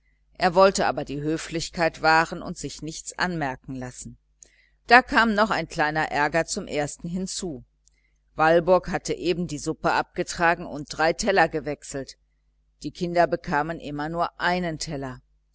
er wollte aber die höflichkeit wahren und sich nichts anmerken lassen da kam noch ein kleiner ärger zum ersten hinzu walburg hatte eben die suppe abgetragen und drei teller gewechselt die kinder bekamen immer nur einen teller